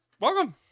welcome